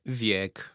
wiek